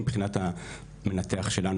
מבחינת המנתח שלנו,